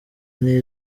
niyo